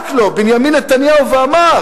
בנימין נתניהו ואמר: